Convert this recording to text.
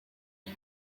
and